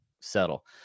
settle